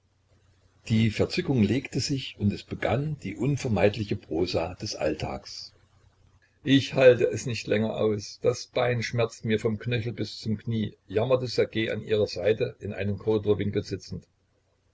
die verzückung legte sich und es begann die unvermeidliche prosa des alltags ich halt es nicht länger aus das bein schmerzt mir vom knöchel bis zum knie jammerte ssergej an ihrer seite in einem korridorwinkel sitzend